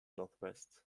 northwest